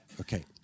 Okay